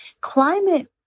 Climate